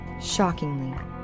Shockingly